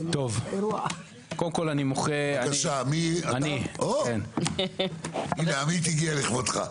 קודם כל --- הנה, עמית הגיע לכבודך.